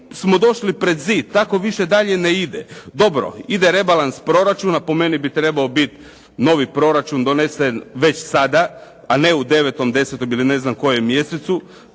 smo došli pred zid, tako više dalje ne ide. Dobro, ide rebalans proračuna, po meni bi trebao biti novi proračun donesen već sada a ne u 9., 10.-tom ili ne znam kojem mjesecu,